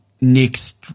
next